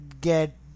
get